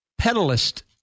pedalist